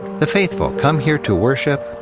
the faithful come here to worship,